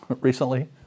recently